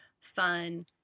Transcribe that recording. fun